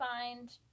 find